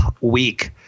week